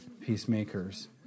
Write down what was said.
peacemakers